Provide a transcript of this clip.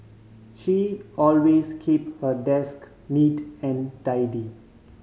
she always keep her desk neat and tidy